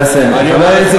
נא לסיים.